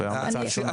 זו ההמלצה הראשונה.